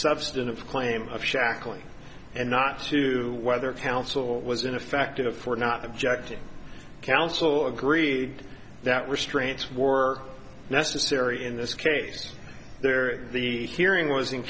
substantive claim of shackling and not to whether counsel was ineffective for not objecting counsel agreed that restraints work necessary in this case there the hearing was in